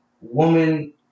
woman